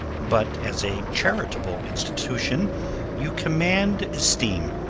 but as a charitable institution you command esteem.